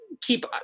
keep